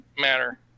matter